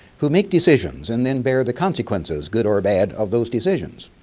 who make decisions and then bare the consequences good or bad of those decisions.